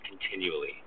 continually